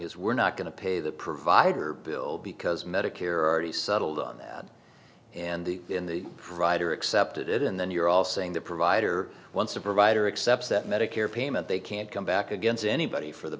is we're not going to pay the provider bill because medicare already settled on that and the in the provider accepted it and then you're also saying the provider once a provider accepts that medicare payment they can't come back against anybody for the